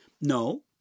No